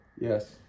Yes